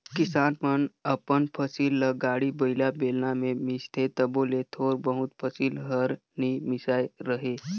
किसान मन अपन फसिल ल गाड़ी बइला, बेलना मे मिसथे तबो ले थोर बहुत फसिल हर नी मिसाए रहें